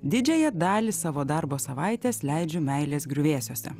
didžiąją dalį savo darbo savaitės leidžiu meilės griuvėsiuose